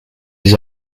his